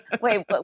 Wait